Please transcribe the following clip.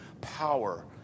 power